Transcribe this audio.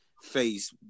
face